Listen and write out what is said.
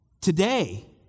Today